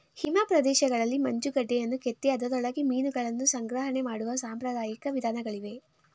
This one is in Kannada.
ಹಿಮ ಪ್ರದೇಶಗಳಲ್ಲಿ ಮಂಜುಗಡ್ಡೆಯನ್ನು ಕೆತ್ತಿ ಅದರೊಳಗೆ ಮೀನುಗಳನ್ನು ಸಂಗ್ರಹಣೆ ಮಾಡುವ ಸಾಂಪ್ರದಾಯಿಕ ವಿಧಾನಗಳಿವೆ